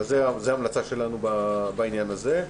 זה ההמלצה שלנו בעניין הזה.